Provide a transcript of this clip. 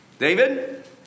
David